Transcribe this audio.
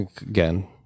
again